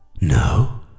No